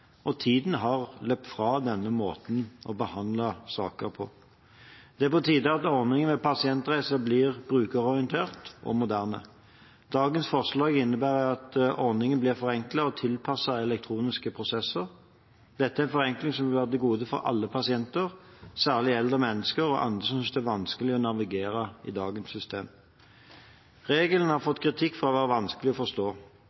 og tiden har løpt fra denne måten å behandle saker på. Det er på tide at ordningen med pasientreiser blir brukerorientert og moderne. Dagens forslag innebærer at ordningen blir forenklet og tilpasset elektroniske prosesser. Dette er en forenkling som vil være et gode for alle pasienter, særlig eldre mennesker og andre som synes det er vanskelig å navigere i dagens system. Reglene har fått kritikk for å være vanskelige å forstå.